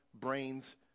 brains